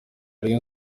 rayon